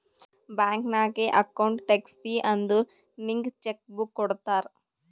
bank ನಾಗ್ account ತೆಗ್ಸಿದಿ ಅಂದುರ್ ನಿಂಗ್ ಚೆಕ್ ಬುಕ್ ಕೊಡ್ತಾರ್